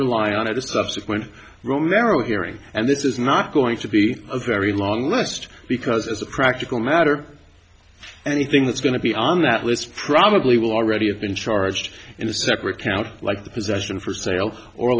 rely on at a subsequent romero hearing and this is not going to be a very long list because as a practical matter anything that's going to be on that list probably will already have been charged in a separate count like the possession for sale or